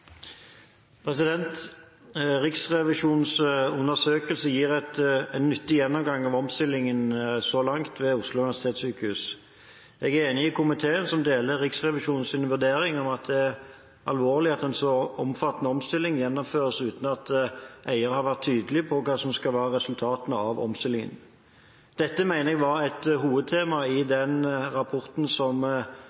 enig med komiteen som deler Riksrevisjonens vurdering om at det er alvorlig at en så omfattende omstilling gjennomføres uten at eier har vært tydelig på hva som skal være resultatene av omstillingen. Dette mener jeg var et hovedtema i